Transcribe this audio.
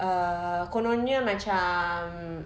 err kononnya macam